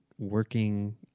working